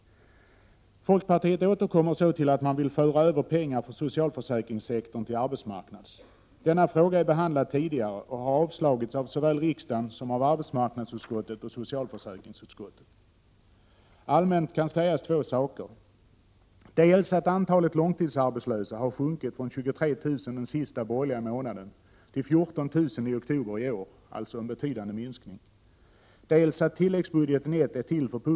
Folkpartiet återkommer till att man vill föra över pengar från socialförsäkringssektorn till arbetsmarknadssektorn. Denna fråga är behandlad tidigare och har avslagits av riksdagen och avstyrkts av arbetsmarknadsutskottet och socialförsäkringsutskottet. Allmänt kan sägas två saker, dels att antalet långtidsarbetslösa har sjunkit från 23 000 den sista borgerliga månaden till 14 000 i oktober i år, alltså en betydande minskning, dels att tilläggsbudgeten är till för punktinsatser och — Prot.